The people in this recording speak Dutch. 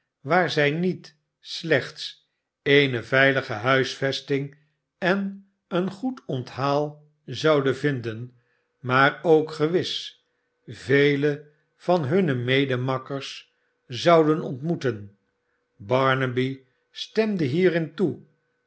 waar zij niet slechts eene veilige huisvesting en een goed onthaal zouden vinden maar ook gewis vele van hunne medemakkers zouden ontmoeten barnaby stemde hierin toe